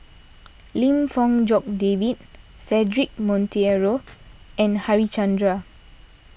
Lim Fong Jock David Cedric Monteiro and Harichandra